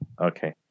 Okay